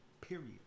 period